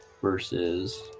versus